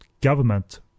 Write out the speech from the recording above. government